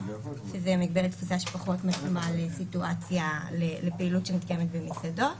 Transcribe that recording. וזו מגבלת תפוסה שפחות מתאימה לפעילות שמתקיימת במסעדות.